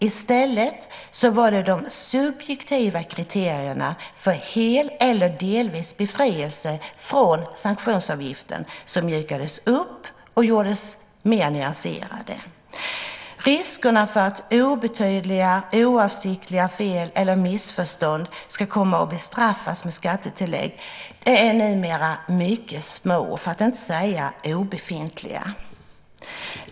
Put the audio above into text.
I stället var det de subjektiva kriterierna för hel eller delvis befrielse från sanktionsavgiften som mjukades upp och gjordes mer nyanserade. Riskerna för att obetydliga och oavsiktliga fel eller missförstånd kommer att straffas med skattetillägg är numera mycket små, för att inte säga obefintliga.